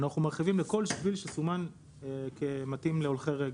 אנחנו מרחיבים לכל שביל שסומן כמתאים להולכי רגל.